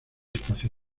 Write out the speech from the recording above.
espacio